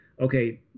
okay